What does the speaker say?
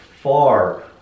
far